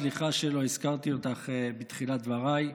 סליחה שלא הזכרתי אותך בתחילת דבריי,